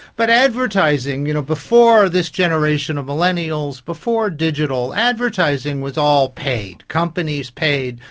but advertising, you know, before this generation of millennials, before digital advertising was all paid, companies paid,